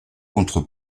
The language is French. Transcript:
contre